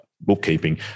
bookkeeping